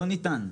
לא ניתן.